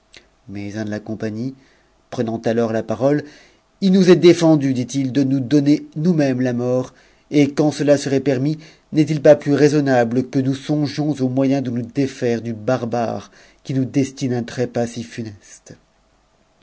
mais un de la compagnie prenant alors la parole il nous est défendu dit it de nous donner nousmêmes la mort et quand cela serait permis n'est-il pas plus raisonnable que nous songions au moyen de nous défaire du barbare'qui nous destina un trépas si funeste